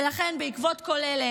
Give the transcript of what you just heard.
ולכן, בעקבות כל אלה